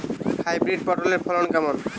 Hybrid পটলের ফলন কেমন?